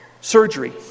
surgery